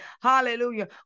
hallelujah